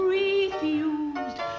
refused